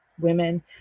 Women